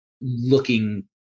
looking